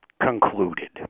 concluded